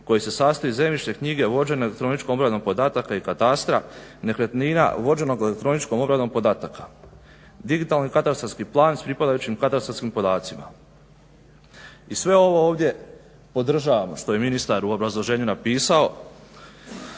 koji se sastoji iz zemljišne knjige vođene elektroničkom obradom podataka i katastra nekretnina vođenog elektroničkom obradom podataka digitalni katastarski plan s pripadajućim katastarskim podacima. I sve ovo ovdje podržavamo što je ministar u obrazloženju napisao,